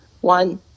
one